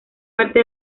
parte